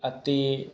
ਅਤੇ